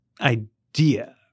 idea